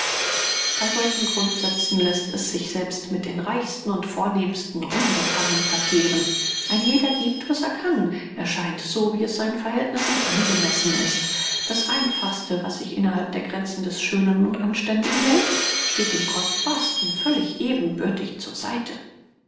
bei solchen grundsätzen läßt sich selbst mit den reichsten und vornehmsten unbefangen verkehren ein jeder gibt was er kann erscheint so wie es seinen verhältnissen angemessen ist das einfachste was sich innerhalb der gränzen des schönen und anständigen hält steht dem kostbarsten völlig ebenbürtig zur seite